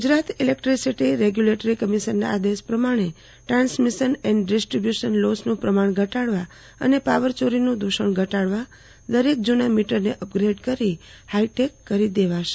Gujarat electricity regulatory કમિશનના આદેશ પ્રમાણેટ્રાન્સમિશન એન્ડ કંન્ટ્રીબ્યુશન લોસનું પ્રમાણ ઘટાડવા અને પાવરચોરીનું દુષણ ઘટાડવા દરેક જુના મીટરને અપગ્રેડ કરી હાઈટેક કરાશે